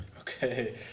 okay